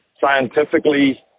scientifically